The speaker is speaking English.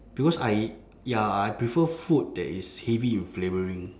because I ya I prefer food that is heavy in flavouring